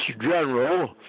general